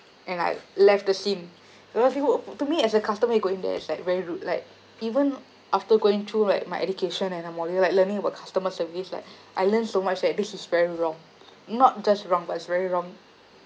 and I left the sim it was even to me as a customer going there it's was very rude like even after going through like my education and the module like learning about customer service like I learned so much that this is very wrong not just wrong but it's very wrong